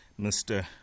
Mr